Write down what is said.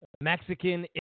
Mexican